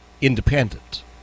independent